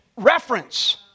reference